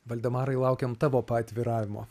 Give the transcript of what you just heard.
valdemarai laukiam tavo paatviravimo